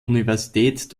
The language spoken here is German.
universität